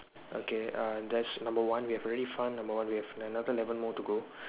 okay err thats number one we have already found number one we have another eleven more to go